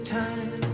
time